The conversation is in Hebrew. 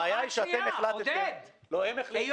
הבעיה היא שאתם החלטתם --- אני יודע